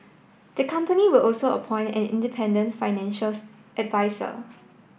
the company will also appoint an independent financials adviser